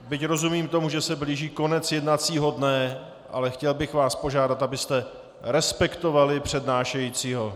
Byť rozumím tomu, že se blíží konec jednacího dne, ale chtěl bych vás požádat, abyste respektovali přednášejícího.